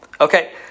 Okay